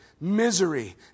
misery